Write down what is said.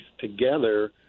together